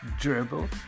Dribble